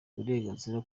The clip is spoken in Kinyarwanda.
uburenganzira